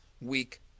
week